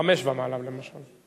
חמש ומעלה, למשל.